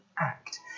act